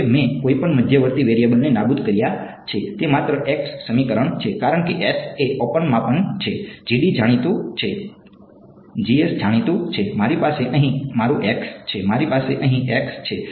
હવે મેં કોઈપણ મધ્યવર્તી વેરિયેબલને નાબૂદ કર્યા છે તે માત્ર x સમીકરણ છે કારણ કે s એ માપન છે જાણીતું છે જાણીતું છે મારી પાસે અહીં મારું x છે મારી પાસે અહીં x છે